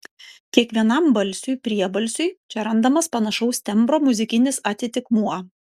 kiekvienam balsiui priebalsiui čia randamas panašaus tembro muzikinis atitikmuo